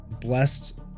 blessed